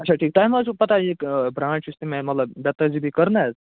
اَچھا ٹھیٖک تۄہہِ مَہ حظ چھُو پتاہ یہِ برانٛچ یُس تہِ مےٚ مطلب بدتٔہزیٖبی کٔر نا حظ